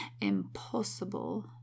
impossible